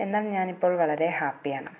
എന്നാൽ ഞാനിപ്പോൾ വളരെ ഹാപ്പിയാണ്